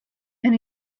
and